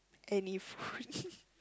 any food